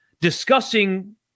discussing